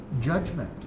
judgment